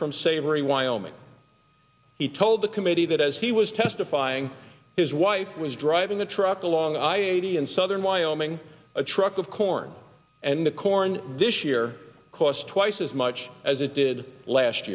from savory wyoming he told the committee that as he was testifying his wife was driving a truck along i eighty in southern wyoming a truck of corn and the corn this year cost twice as much as it